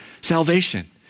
Salvation